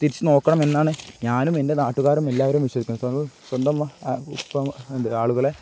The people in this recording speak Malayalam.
തിരിച്ച് നോക്കണം എന്നാണ് ഞാനും എൻ്റെ നാട്ടുകാരും എല്ലാവരും വിശ്വിക്കുന്നു സ്വന്തം സ്വന്തം ഇപ്പം എന്ത് ആളുകളെ